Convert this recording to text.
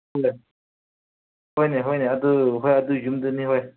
ꯍꯣꯏ ꯍꯣꯏꯅꯦ ꯍꯣꯏꯅꯦ ꯑꯗꯨ ꯍꯣꯏ ꯑꯗꯨ ꯌꯨꯝꯗꯨꯅꯤ ꯍꯣꯏ